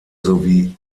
sowie